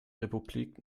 republik